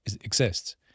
exists